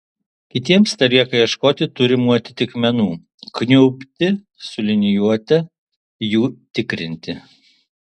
kitiems telieka ieškoti turimų atitikmenų kniubti su liniuote jų tikrinti